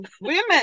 women